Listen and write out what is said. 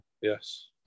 Yes